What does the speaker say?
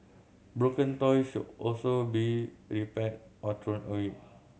broken toys should also be repaired or thrown away